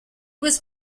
was